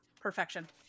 perfection